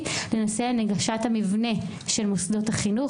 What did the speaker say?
לנושא הנגשת המבנה של מוסדות החינוך,